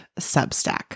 Substack